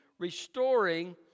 restoring